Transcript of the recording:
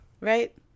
Right